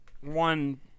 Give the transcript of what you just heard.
One